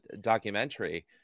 documentary